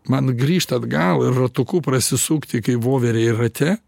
man grįžta atgal ir ratuku prasisukti kaip voverei rate